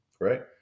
right